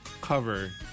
cover